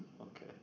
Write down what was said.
Okay